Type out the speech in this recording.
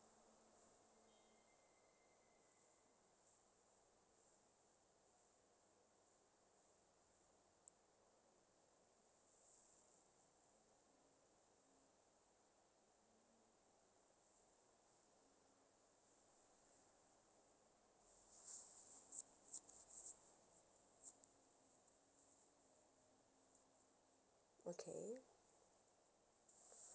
okay